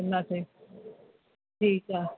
कंदासीं ठीकु आहे